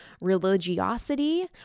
religiosity